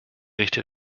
richtige